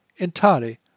Entirely